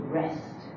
rest